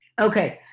okay